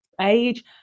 age